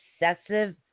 excessive